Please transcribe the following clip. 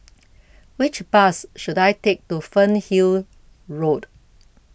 Which Bus should I Take to Fernhill Road